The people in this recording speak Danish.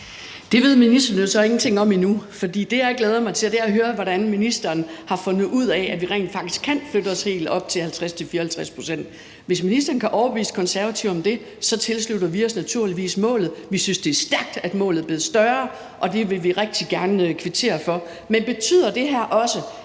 Det ved ministeren jo så ingenting om endnu. For det, jeg glæder mig til, er at høre, hvordan ministeren har fundet ud af, at vi rent faktisk kan flytte os helt op til 50-54 pct. Hvis ministeren kan overbevise Konservative om det, tilslutter vi os naturligvis målet. Vi synes, at det er stærkt, at målet er blevet større, og det vil vi rigtig gerne kvittere for. Men betyder det her også,